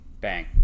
Bang